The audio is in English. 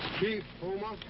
chief puma.